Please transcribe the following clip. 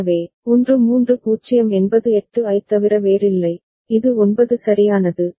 எனவே 1 மூன்று 0 என்பது 8 ஐத் தவிர வேறில்லை இது 9 சரியானது